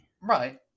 Right